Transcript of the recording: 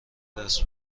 دست